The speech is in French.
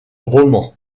romans